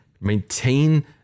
maintain